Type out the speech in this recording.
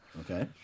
Okay